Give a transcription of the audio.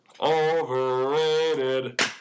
Overrated